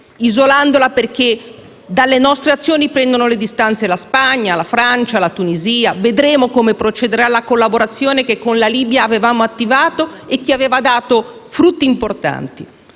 isolandola perché dalle nostre azioni prendono le distanze la Spagna, la Francia, la Tunisia. Vedremo come procederà la collaborazione che con la Libia avevamo attivato e che aveva dato frutti importanti.